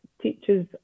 teachers